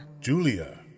Julia